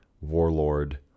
warlord